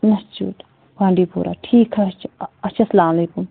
institute بانڈی پورا ٹھیٖک حظ چھُ اَچھا سَلام علیکُم